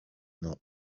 know